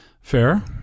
Fair